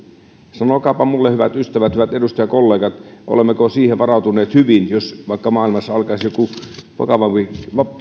sanokaapa minulle hyvät ystävät hyvät edustajakollegat olemmeko siihen varautuneet hyvin jos vaikka maailmassa alkaisi joku vakavampikin